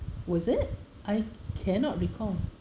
was it I cannot recall